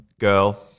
girl